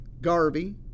Garvey